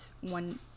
one